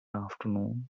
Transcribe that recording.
afternoon